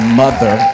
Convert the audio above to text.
mother